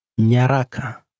Nyaraka